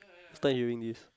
first time hearing this